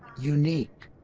unique!